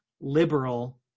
liberal